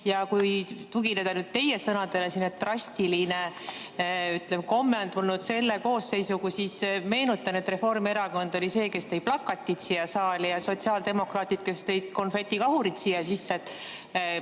Kui tugineda nüüd teie sõnadele ja väita, et see drastiline, ütleme, komme on tulnud selle koosseisuga, siis meenutan, et Reformierakond oli see, kes tõi plakatid siia saali ja sotsiaaldemokraadid tõid konfetikahurid siia sisse.